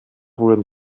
wurden